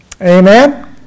Amen